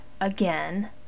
again